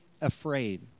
afraid